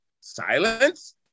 silence